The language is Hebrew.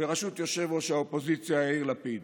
בראשות יושב-ראש האופוזיציה יאיר לפיד,